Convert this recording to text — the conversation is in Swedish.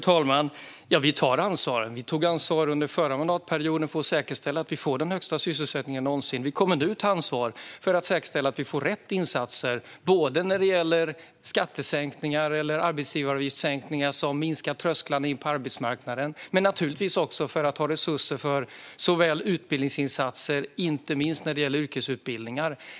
Fru talman! Vi tar ansvar. Vi tog ansvar under den förra mandatperioden för att säkerställa att vi får den högsta sysselsättningen någonsin, och vi kommer nu att ta ansvar för att säkerställa att vi gör rätt insatser. Det handlar inte bara om skattesänkningar eller arbetsgivaravgiftssänkningar som minskar trösklarna in till arbetsmarknaden utan naturligtvis även om att ha resurser för utbildningsinsatser, inte minst när det gäller yrkesutbildningar.